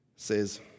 Says